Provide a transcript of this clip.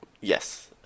Yes